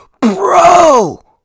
Bro